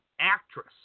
actress